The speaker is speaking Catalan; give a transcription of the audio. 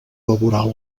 laboral